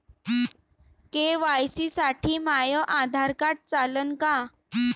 KYC साठी माह्य Aadhaar card चालन का?